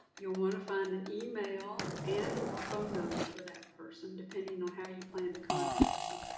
you'll want to find an email and or phone number for that person depending on how you plan to contact them.